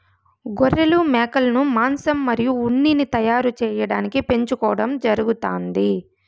గొర్రెలు, మేకలను మాంసం మరియు ఉన్నిని తయారు చేయటానికి పెంచుకోవడం జరుగుతాంది